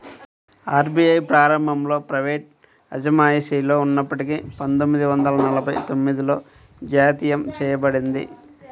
RBI ప్రారంభంలో private అజమాయిషిలో ఉన్నప్పటికీ పందొమ్మిది వందల నలభై తొమ్మిదిలో జాతీయం చేయబడింది